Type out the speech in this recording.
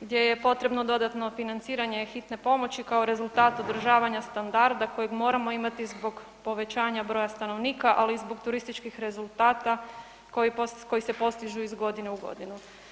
gdje je potrebno dodatno financiranje hitne pomoći kao rezultat održavanja standarda kojeg moramo imati zbog povećanja broja stanovnika, ali i zbog turističkih rezultata koji se postižu iz godine u godinu.